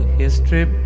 history